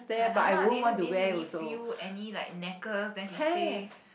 like ah ma didn't didn't leave you any like necklace then she say